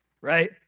right